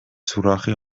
سوراخی